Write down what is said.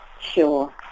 Sure